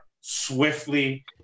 swiftly